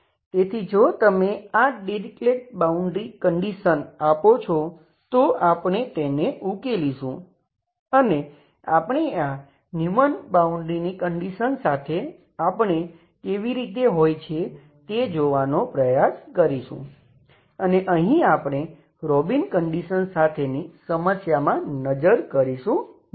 તેથી જો તમે આ ડિરીક્લેટ બાઉન્ડ્રી કંડિશન આપો છો તો આપણે તેને ઉકેલીશું અને આપણે આ ન્યુમન બાઉન્ડ્રીની કંડિશન સાથે આપણે કેવી રીતે હોય છે તે જોવાનો પ્રયાસ કરીશું અને અહીં આપણે રોબિન કંડિશન સાથેની સમસ્યામાં નજર કરીશું નહીં